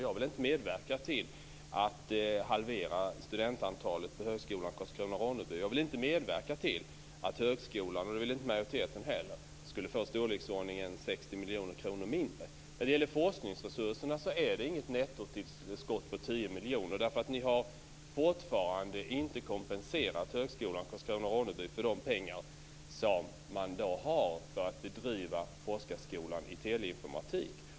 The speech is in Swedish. Jag vill inte medverka till att halvera studentantalet på högskolan i Karlskrona Ronneby för de pengar som man har för att driva forskarskolan i teleinformatik.